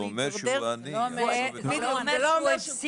זה אומר שהוא עני.